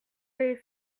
avez